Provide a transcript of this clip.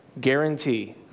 guarantee